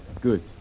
Good